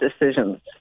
decisions